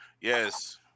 Yes